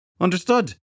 Understood